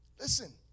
Listen